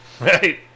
right